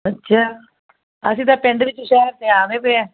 ਅੱਛਾ ਅਸੀਂ ਤਾਂ ਪਿੰਡ ਵਿੱਚ ਸ਼ਹਿਰ ਤੋਂ ਆਉਂਦੇ ਪਏ ਆ